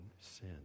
sin